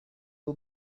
all